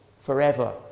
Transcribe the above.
forever